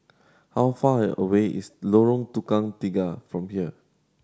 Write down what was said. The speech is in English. how far away is Lorong Tukang Tiga from here